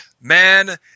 man